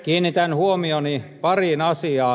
kiinnitän huomioni pariin asiaan